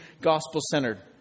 gospel-centered